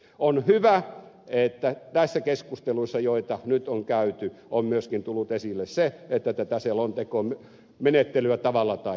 on hyvä että tässä keskustelussa jota nyt on käyty on myöskin tullut esille se että tätä selontekomenettelyä tavalla tai toisella jatketaan